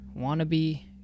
wannabe